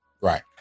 right